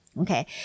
Okay